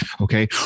okay